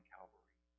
Calvary